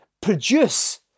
produce